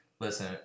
Listen